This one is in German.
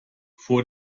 vor